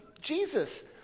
Jesus